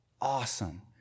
awesome